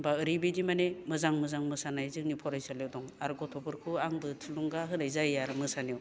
बा ओरैबायदि माने मोजां मोजां मोसानाय जोंनि फरायसालियाव दं आरो गथ'फोरखौ आंबो थुलुंगा होनाय जायो आरो मोसानायाव